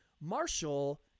Marshall